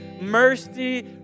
mercy